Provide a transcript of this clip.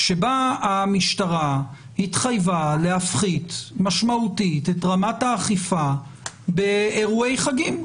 שבה המשטרה התחייבה להפחית משמעותית את רמת האכיפה באירועי חגים.